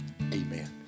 Amen